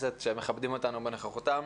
אני מתכבד לפתוח את הישיבה.